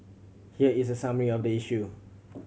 here is a summary of the issue